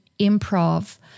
improv